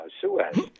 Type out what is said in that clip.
Suez